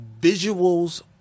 visuals